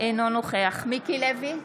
אינו נוכח מיקי לוי,